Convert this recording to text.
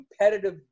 competitive